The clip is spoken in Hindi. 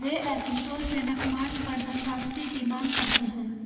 वे असंतोषजनक माल पर धनवापसी की मांग करते हैं